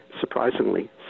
surprisingly